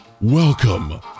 welcome